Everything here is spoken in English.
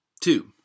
Two